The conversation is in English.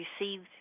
received